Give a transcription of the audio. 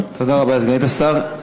תודה רבה לסגנית השר.